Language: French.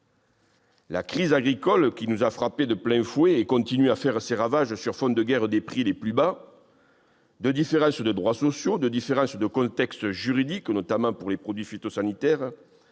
La crise agricole qui nous a frappés de plein fouet et qui continue de faire des ravages sur fond de guerre des prix les plus bas, de différences de droits sociaux, de différences de contexte juridique, notamment pour les produits phytosanitaires,